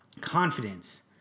confidence